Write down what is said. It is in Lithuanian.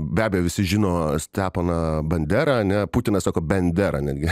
be abejo visi žino steponą banderą ane putinas sako bendera netgi